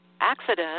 accident